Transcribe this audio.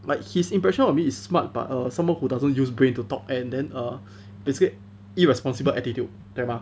like his impression on me is smart but err someone who doesn't use brain to talk and then err basically irresponsible attitude 对 mah